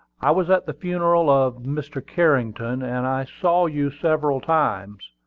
i was at the funeral of mr. carrington, and i saw you several times.